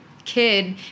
kid